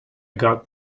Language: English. got